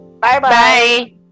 Bye-bye